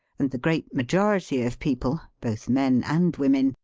and the great majority of people, both men and women,